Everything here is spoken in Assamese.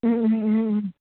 ও ও ও ও